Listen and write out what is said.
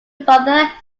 brother